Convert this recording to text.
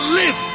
live